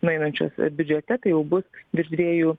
nueinančio biudžete tai jau bus virš dviejų